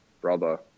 brother